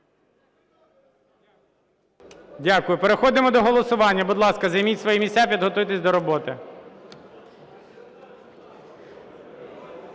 Дякую. Переходимо до голосування. Будь ласка, займіть свої місця і підготуйтесь до роботи.